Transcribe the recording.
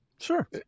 Sure